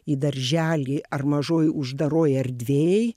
į darželį ar mažoj uždaroj erdvėj